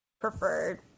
preferred